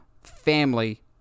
family